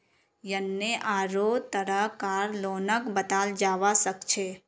यन्ने आढ़ो तरह कार लोनक बताल जाबा सखछे